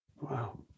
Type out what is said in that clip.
Wow